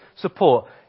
support